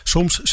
Soms